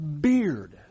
beard